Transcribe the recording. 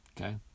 Okay